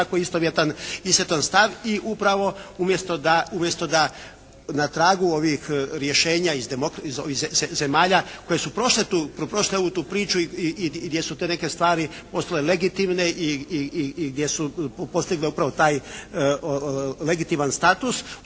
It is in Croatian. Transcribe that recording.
tako istovjetan stav i upravo umjesto da na tragu ovih rješenja iz zemalja koje su prošle ovu, tu priču i gdje su te neke stvari postale legitimne i gdje su posigle upravo taj legitiman status,